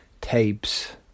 tapes